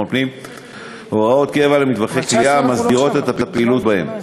פנים הוראות קבע למטווחי קליעה המסדירות את הפעילות בהם.